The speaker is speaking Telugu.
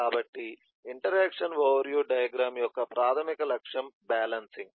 కాబట్టి ఇంటరాక్షన్ ఓవర్ వ్యూ డయాగ్రమ్ యొక్క ప్రాథమిక లక్ష్యం బ్యాలెన్సింగ్